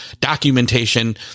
documentation